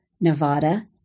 Nevada